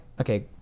okay